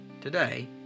Today